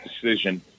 decision